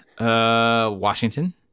Washington